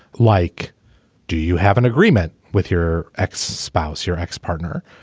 like do you have an agreement with your ex spouse your ex partner.